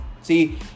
See